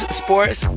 sports